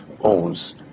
owns